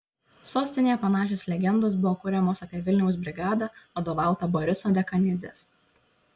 sostinėje panašios legendos buvo kuriamos apie vilniaus brigadą vadovautą boriso dekanidzės